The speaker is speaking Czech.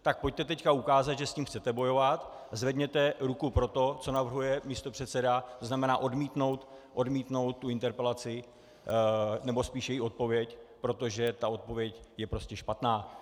Tak pojďte teď ukázat, že s tím chcete bojovat, a zvedněte ruku pro to, co navrhuje místopředseda, to znamená odmítnout tu interpelaci, nebo spíš její odpověď, protože ta odpověď je prostě špatná.